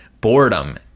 Boredom